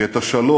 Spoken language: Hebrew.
כי את השלום,